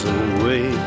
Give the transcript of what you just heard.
away